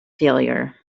failure